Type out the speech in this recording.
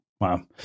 Wow